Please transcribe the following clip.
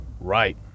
Right